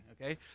okay